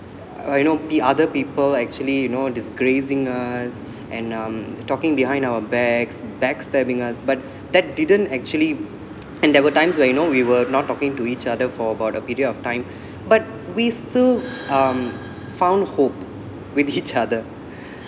I know p~ other people actually you know disgracing us and um talking behind our backs backstabbing us but that didn't actually and there were times where you know we were not talking to each other for about a period of time but with still um found hope with each other